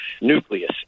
nucleus